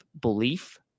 belief